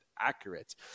accurate